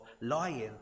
lying